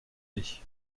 baie